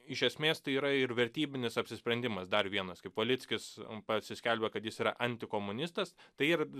iš esmės tai yra ir vertybinis apsisprendimas dar vienas kaip valickis pasiskelbia kad jis yra antikomunistas tai ir